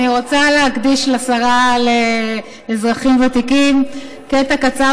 אני רוצה להקדיש לשרה לאזרחים ותיקים קטע קצר